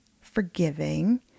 forgiving